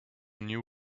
new